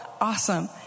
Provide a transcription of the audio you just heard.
awesome